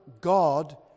God